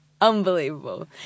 Unbelievable